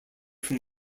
from